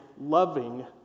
loving